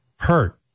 Hurt